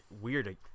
weird